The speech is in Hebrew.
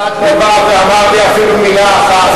אף אחד לא בא ואמר לי אפילו מלה אחת.